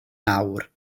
nawr